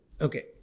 Okay